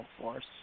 force